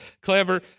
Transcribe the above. clever